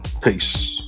peace